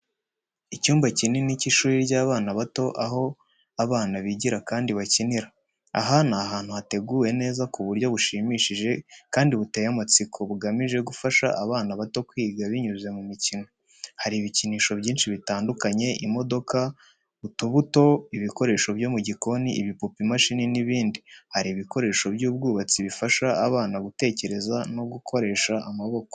Icyumba cy’ishuri ry’abana bato, aho abana bigira kandi bakinira. Aha ni ahantu hateguwe neza ku buryo bushimishije kandi buteye amatsiko, bugamije gufasha abana bato kwiga binyuze mu mikino. Hari ibikinisho byinshi bitandukanye, imodoka, utubuto, ibikoresho byo mu gikoni, ibipupe, imashini n’ibindi. Hari ibikoresho by’ubwubatsi bifasha abana gutekereza no gukoresha amaboko.